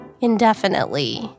indefinitely